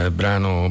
brano